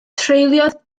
treuliodd